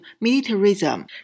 militarism